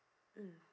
mm